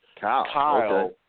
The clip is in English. Kyle